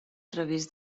través